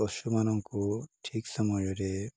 ପଶୁମାନଙ୍କୁ ଠିକ୍ ସମୟରେ